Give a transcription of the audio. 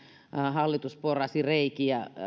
hallitus porasi reikiä